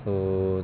so